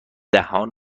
دهان